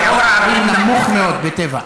שיעור הערבים נמוך מאוד בטבע.